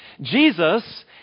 Jesus